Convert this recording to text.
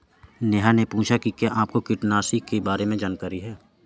नेहा ने पूछा कि क्या आपको कीटनाशी के बारे में जानकारी है?